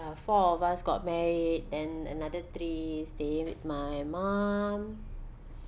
uh four of us got married then another three stay with my mom